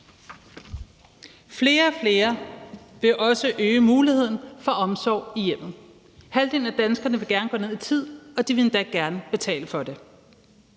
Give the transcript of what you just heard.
Flere og flere vil også øge muligheden for omsorg i hjemmet. Halvdelen af danskerne vil gerne gå ned i tid, og de vil endda gerne betale for det.